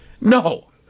No